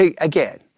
again